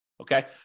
Okay